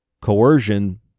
coercion